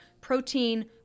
protein